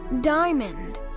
Diamond